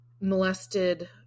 molested